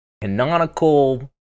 canonical